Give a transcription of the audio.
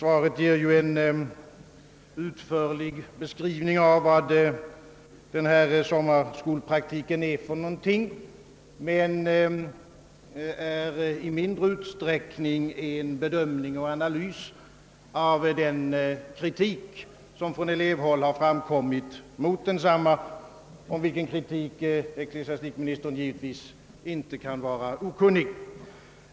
Det ger en utförlig beskrivning av vad sommarskolpraktiken innebär men i mindre utsträckning en bedömning och analys av den kritik som från elevhåll har framförts mot densamma — om vilken kritik ecklesiastikministern givetvis inte kan vara okunnig.